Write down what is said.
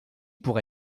pour